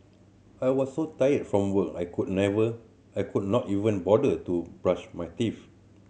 I was so tired from work I could never I could not even bother to brush my teeth